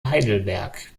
heidelberg